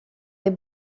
est